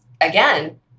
Again